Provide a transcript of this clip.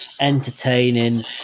entertaining